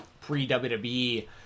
pre-WWE